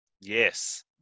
Yes